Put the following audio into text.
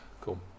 Cool